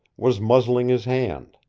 was muzzling his hand.